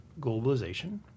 globalization